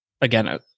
again